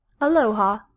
Aloha